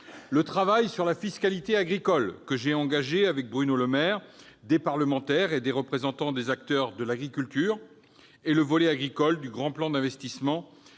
au travail sur la fiscalité agricole, que j'ai engagé avec Bruno Le Maire, des parlementaires et des représentants des acteurs de l'agriculture ; enfin, au volet agricole du grand plan d'investissement,